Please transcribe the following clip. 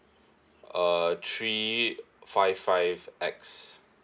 uh three five five X